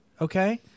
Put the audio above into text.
okay